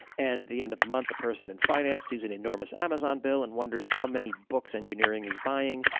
and the end of the month the person and finance sees an enormous amazon bill and wonders how many books engineering is buying.